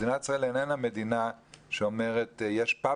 מדינת ישראל איננה מדינה שאומרת שיש בתי